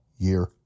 Year